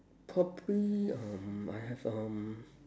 probably um I have um